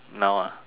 now ah